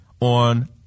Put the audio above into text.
on